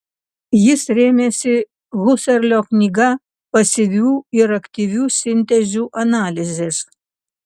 jis rėmėsi husserlio knyga pasyvių ir aktyvių sintezių analizės